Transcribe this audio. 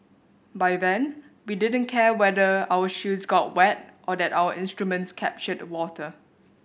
by then we didn't care whether our shoes got wet or that our instruments captured water